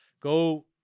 Go